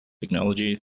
technology